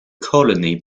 colony